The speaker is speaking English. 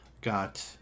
got